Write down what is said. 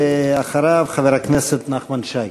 אחריו, חבר הכנסת נחמן שי.